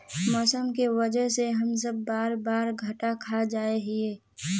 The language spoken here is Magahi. मौसम के वजह से हम सब बार बार घटा खा जाए हीये?